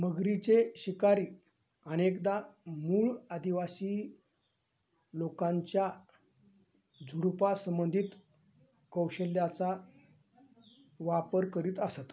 मगरीचे शिकारी अनेकदा मूळ आदिवासी लोकांच्या झुडुपा संबंधित कौशल्याचा वापर करीत असत